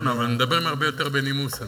כן, אבל מדברים הרבה יותר בנימוס.